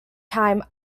time